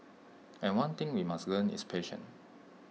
and one thing we must learn is patience